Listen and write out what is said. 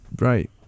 Right